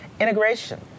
integration